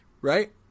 right